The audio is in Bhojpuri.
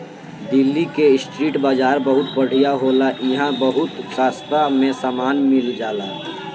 दिल्ली के स्ट्रीट बाजार बहुत बढ़िया होला इहां बहुत सास्ता में सामान मिल जाला